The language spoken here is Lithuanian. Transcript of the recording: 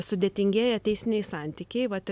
sudėtingėja teisiniai santykiai vat ir